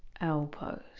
elbows